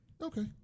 okay